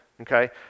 okay